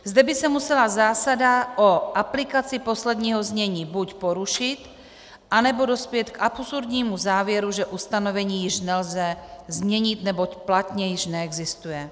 Zde by se musela zásada o aplikaci posledního znění buď porušit, anebo dospět k absurdnímu závěru, že ustanovení již nelze změnit, neboť platně již neexistuje.